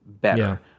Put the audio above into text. Better